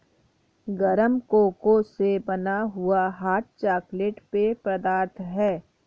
गरम कोको से बना हुआ हॉट चॉकलेट पेय पदार्थ है